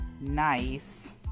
nice